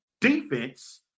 defense